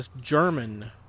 German